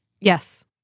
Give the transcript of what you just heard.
Yes